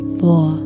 four